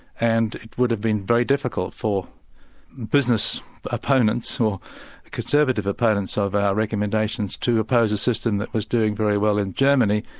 and it would have been very difficult for business opponents or conservative opponents of our recommendations to oppose a system that was doing very well in germany.